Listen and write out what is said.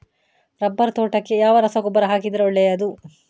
Rubber ತೋಟಕ್ಕೆ ಯಾವ ರಸಗೊಬ್ಬರ ಹಾಕಿದರೆ ಒಳ್ಳೆಯದು?